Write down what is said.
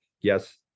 yes